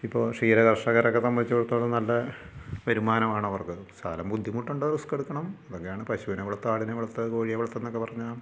ഇപ്പോൾ ക്ഷീര കർഷകരെ ഒക്കെ സംബന്ധിച്ചിടത്തോളം നല്ല വരുമാനമാണ് അവർക്ക് ശകലം ബുദ്ധിമുട്ടുണ്ട് റിസ്ക് എടുക്കണം ഇതൊക്കെയാണ് പശുവിനെ വളർത്തുക ആടിനെ വളർത്തുക കോഴിയെ വളർത്തുക എന്നൊക്കെ പറഞ്ഞാൽ